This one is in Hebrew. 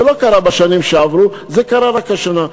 זה לא קרה בשנים שעברו, זה קרה רק השנה.